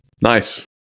nice